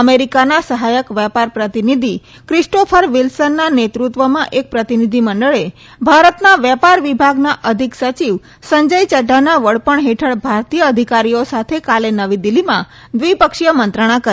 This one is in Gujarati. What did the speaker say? અમેરિકાના સહાયક વેપાર પ્રતિનિધિ ક્રિસ્ટોફર વિલ્સનના નેતૃત્વમાં એક પ્રતિનિધિ મંડળે ભારતના વેપાર વિભાગના અધિક સચિવ સંજય ચઢૃના વડપણ હેઠળ ભારતીય અધિકારીઓ સાથે કાલે નવી દિલ્હીમાં દ્વિપક્ષીય મંત્રણા કરી